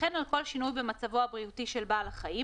וכן על כל שינוי במצבו הבריאותי של בעל החיים